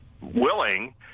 willing